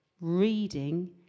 reading